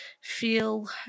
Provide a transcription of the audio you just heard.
feel